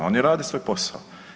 Oni rade svoj posao.